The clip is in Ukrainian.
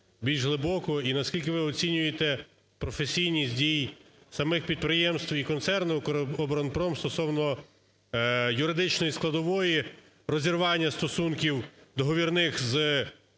більш глибоко. І наскільки ви оцінюєте професійність дій самих підприємств і концерну "Укроборонпром" стосовно юридичної складової розірвання стосунків договірних з підприємствами